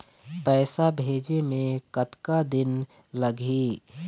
पैसा भेजे मे कतका दिन लगही?